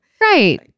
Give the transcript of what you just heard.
Right